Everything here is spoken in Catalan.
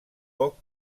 poc